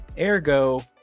ergo